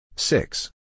Six